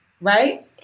right